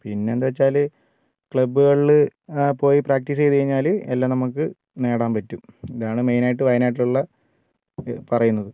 പിന്നെ എന്താ വച്ചാൽ ക്ലബ്ബുകളിൽ പോയി പ്രാക്റ്റീസ് ചെയ്തുകഴിഞ്ഞാൽ എല്ലാം നമുക്ക് നേടാൻ പറ്റും ഇതാണ് മെയിൻ ആയിട്ട് വയനാട്ടിലുള്ള പറയുന്നത്